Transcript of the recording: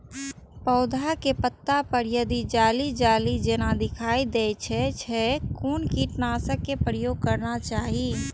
पोधा के पत्ता पर यदि जाली जाली जेना दिखाई दै छै छै कोन कीटनाशक के प्रयोग करना चाही?